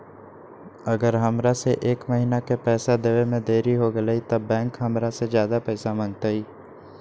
अगर हमरा से एक महीना के पैसा देवे में देरी होगलइ तब बैंक हमरा से ज्यादा पैसा मंगतइ?